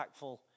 impactful